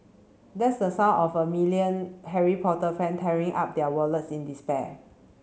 that's the sound of a million Harry Potter fan tearing up their wallets in despair